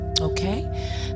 Okay